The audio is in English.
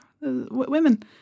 women